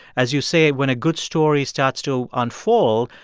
as you say, when a good story starts to unfold,